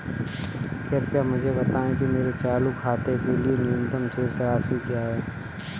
कृपया मुझे बताएं कि मेरे चालू खाते के लिए न्यूनतम शेष राशि क्या है?